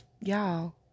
y'all